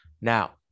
now